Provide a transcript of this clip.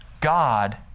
God